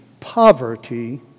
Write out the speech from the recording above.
Poverty